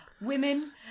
women